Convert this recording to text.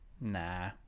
Nah